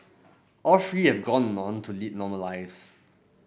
all three have gone on to lead normal lives